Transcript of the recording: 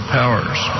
powers